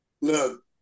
Look